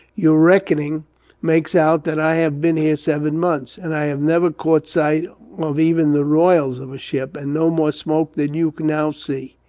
your reckoning makes out that i have been here seven months, and i have never caught sight of even the royals of a ship, and no more smoke than you now see.